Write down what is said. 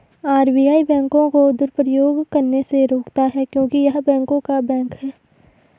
RBI बैंकों को दुरुपयोग करने से रोकता हैं क्योंकि य़ह बैंकों का बैंक हैं